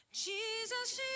Jesus